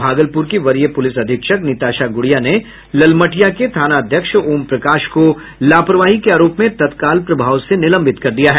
भागलपुर की वरीय पुलिस अधीक्षक निताशा गुड़िया ने ललमटिया के थानाध्यक्ष ओमप्रकाश को लापरवाही के आरोप में तत्काल प्रभाव से निलंबित कर दिया है